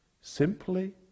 Simply